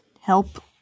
help